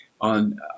on